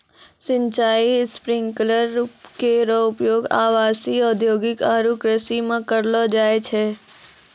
सिंचाई स्प्रिंकलर केरो उपयोग आवासीय, औद्योगिक आरु कृषि म करलो जाय छै